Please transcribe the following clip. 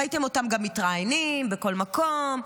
ראיתם אותם גם מתראיינים בכל מקום,